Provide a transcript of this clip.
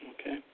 Okay